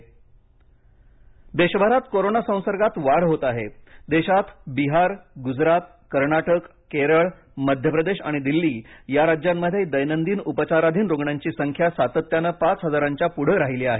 corona लसीकरण देशभरात corona संसर्गात वाढ होत आहे देशात बिहार गुजरात कर्नाटक केरळ मध्यप्रदेश आणि दिल्ली या राज्यांमध्ये दैनंदिन उपचाराधीन रूग्णांची संख्या सातत्याने पाच हजारापुढे राहिली आहे